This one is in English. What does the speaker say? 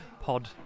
pod